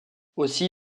aussi